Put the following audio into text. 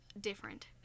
different